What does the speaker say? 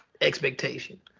expectation